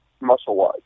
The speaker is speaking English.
muscle-wise